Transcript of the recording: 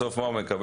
בסוף, מה הוא מקבל?